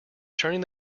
turning